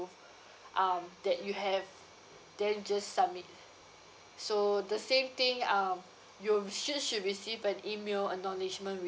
um that you have then just submit so the same thing um you should should receive an email acknowledgement